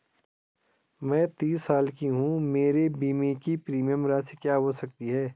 मैं तीस साल की हूँ मेरे बीमे की प्रीमियम राशि क्या हो सकती है?